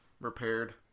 repaired